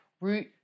root